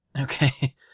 Okay